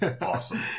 Awesome